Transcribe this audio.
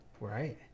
right